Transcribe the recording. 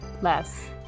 less